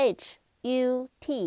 h-u-t